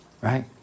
Right